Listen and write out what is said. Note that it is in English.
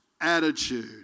attitude